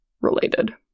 related